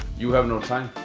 you have no time.